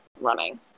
running